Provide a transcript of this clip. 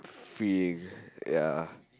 freeing ya